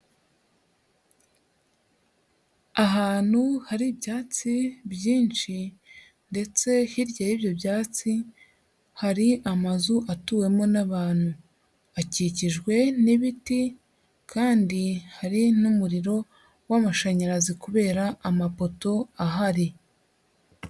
Ahantu hari ibyatsi byinshi ndetse hirya y'ibyo byatsi hari amazu atuwemo n'abantu, akikijwe n'ibiti kandi hari n'umuriro w'amashanyarazi kubera amapoto ahari.